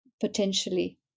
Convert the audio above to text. potentially